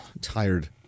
tired